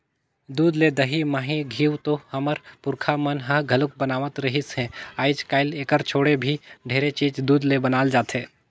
दूद ले दही, मही, घींव तो हमर पूरखा मन ह घलोक बनावत रिहिस हे, आयज कायल एखर छोड़े भी ढेरे चीज दूद ले बनाल जाथे